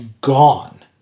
gone